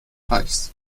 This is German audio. reichs